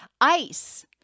Ice